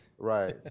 right